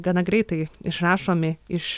gana greitai išrašomi iš